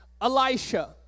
Elisha